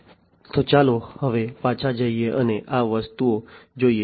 તો ચાલો હવે પાછા જઈએ અને આ વસ્તુઓ જોઈએ